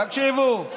תקשיבו,